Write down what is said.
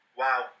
wow